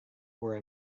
were